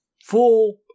full